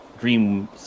dream